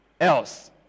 else